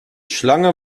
schlange